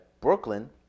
Brooklyn